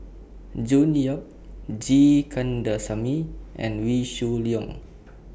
June Yap G Kandasamy and Wee Shoo Leong